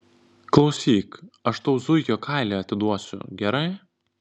klausyk aš tau zuikio kailį atiduosiu gerai